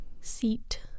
seat